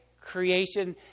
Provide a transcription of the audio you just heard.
creation